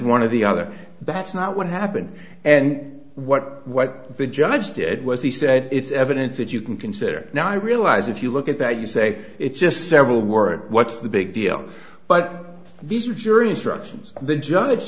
one of the other that's not what happened and what what the judge did was he said it's evidence that you can consider now i realize if you look at that you say it's just several more what's the big deal but these are jury instructions the judge